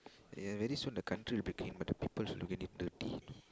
ya very soon the country will became but the peoples will make it dirty